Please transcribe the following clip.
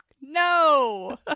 No